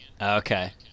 Okay